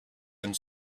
and